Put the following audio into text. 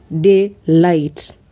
daylight